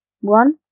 one